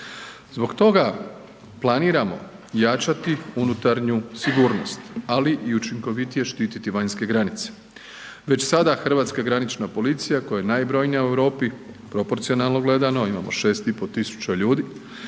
Zbog toga planiramo jačati unutarnju sigurnost, ali i učinkovitije štititi vanjske granice. Već sada hrvatska granična policija koja je najbrojnija u Europi, proporcionalno gledano, imamo 6500 ljudi,